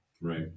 right